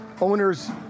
owners